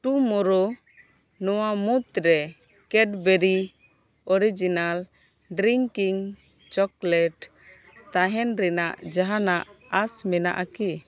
ᱴᱩᱢᱚᱨᱚ ᱱᱚᱣᱟ ᱢᱩᱫᱽᱨᱮ Cadbury original drinking chocolate ᱛᱟᱦᱮᱱ ᱨᱮᱱᱟᱜ ᱡᱟᱦᱟᱱᱟᱜ ᱟᱥ ᱢᱮᱱᱟᱜᱼᱟ ᱠᱤ